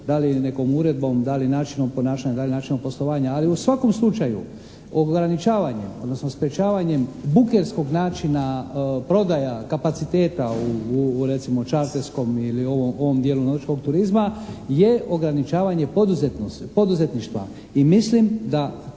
da li nekom uredbom, da li načinom ponašanja, da li načinom poslovanja. Ali u svakom slučaju ograničavanjem, odnosno sprječavanjem bukerskog načina prodaja kapaciteta u recimo čarterskom ili u ovom dijelu nautičkog turizma je ograničavanje poduzetništva i mislim da